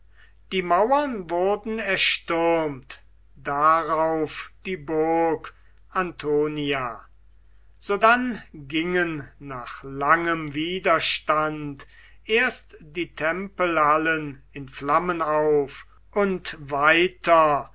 die mauern wurden erstürmt darauf die burg antonia sodann gingen nach langem widerstand erst die tempelhallen in flammen auf und weiter